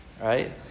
right